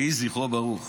יהי זכרו ברוך.